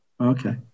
Okay